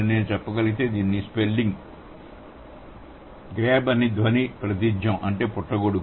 నేను చెప్పగలిగితే దాని స్పెల్లింగ్ grzyb అది ధ్వని ప్రాతినిధ్యం అంటే పుట్టగొడుగు